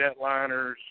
jetliners